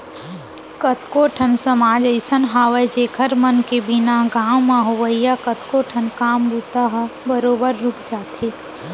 कतको ठन समाज अइसन हावय जेखर मन के बिना गाँव म होवइया कतको ठन काम बूता ह बरोबर रुक जाथे